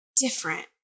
different